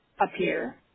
appear